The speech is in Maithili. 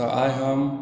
तऽ आइ हम